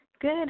Good